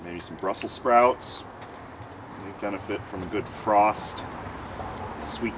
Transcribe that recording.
maybe some brussels sprouts benefit from the good frost sweet